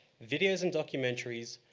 videos and documentaries,